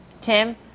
Tim